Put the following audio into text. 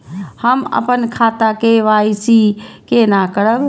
हम अपन खाता के के.वाई.सी केना करब?